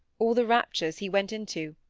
all the raptures he went into.